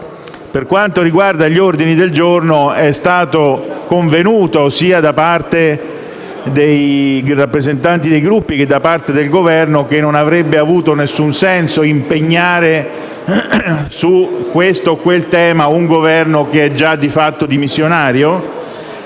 Per quanto riguarda gli ordini del giorno è stato convenuto, sia da parte dei rappresentanti dei Gruppi che da parte del Governo, che non avrebbe avuto alcun senso impegnare su questo o su quel tema un Esecutivo che è già di fatto dimissionario.